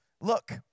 look